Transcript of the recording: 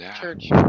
church